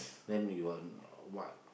then you're what